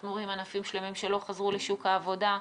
אנחנו רואים ענפים שלמים שלא חזרו לשוק העבודה.